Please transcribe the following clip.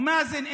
ומאזן,